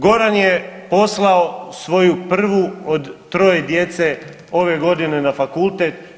Goran je poslao svoju prvu od troje djece ove godine na fakultet.